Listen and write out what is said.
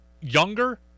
younger